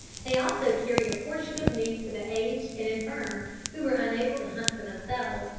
they also carried a portion of meat to the aged and infirm who were unable to hunt for themselves,